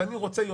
ואני רוצה יותר,